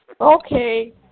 Okay